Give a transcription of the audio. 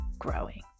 Growing